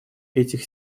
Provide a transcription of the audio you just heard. этих